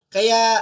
Kaya